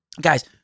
Guys